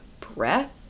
breath